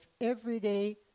everyday